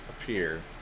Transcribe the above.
appear